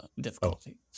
difficulty